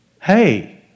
Hey